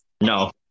no